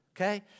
Okay